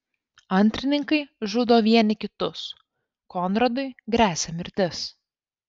antrininkai žudo vieni kitus konradui gresia mirtis